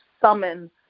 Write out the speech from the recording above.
summon